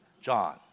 John